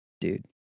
dude